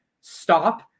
stop